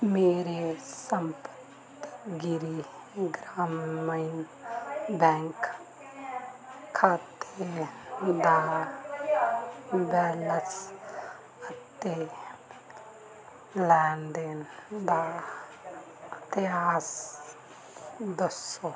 ਮੇਰੇ ਸੰਪਤਗਿਰੀ ਗ੍ਰਾਮੀਣ ਬੈਂਕ ਖਾਤੇ ਦਾ ਬੈਲੰਸ ਅਤੇ ਲੈਣ ਦੇਣ ਦਾ ਇਤਿਹਾਸ ਦੱਸੋ